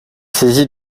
saisi